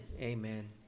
Amen